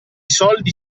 soldi